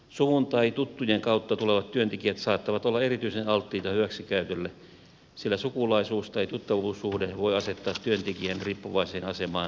suvun tai tuttujen kautta tulevat työntekijät saattavat olla erityisen alttiita hyväksikäytölle sillä sukulaisuus tai tuttavuussuhde voi asettaa työntekijän riippuvaiseen asemaan työnantajastaan